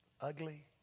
Ugly